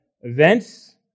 events